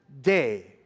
day